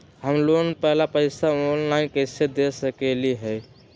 हम लोन वाला पैसा ऑनलाइन कईसे दे सकेलि ह?